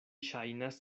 ŝajnas